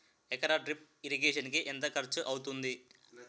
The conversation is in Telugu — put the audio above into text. ఎకర డ్రిప్ ఇరిగేషన్ కి ఎంత ఖర్చు అవుతుంది?